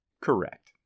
Correct